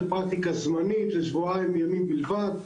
זה פרקטיקה זמנית של שבועיים ימים בלבד.